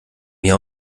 mir